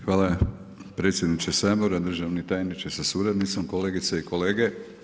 Hvala predsjedniče Sabora, državni tajniče sa suradnicom, kolegice i kolege.